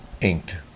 Inked